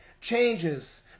changes